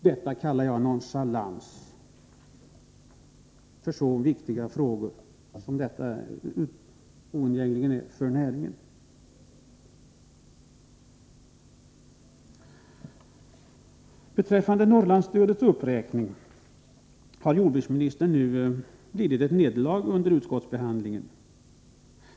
Detta kallar jag nonchalans, i dessa för näringen mycket viktiga frågor. Beträffande Norrlandsstödets uppräkning har jordbruksministern lidit nederlag under utskottsbehandlingen.